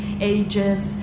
ages